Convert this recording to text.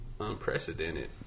unprecedented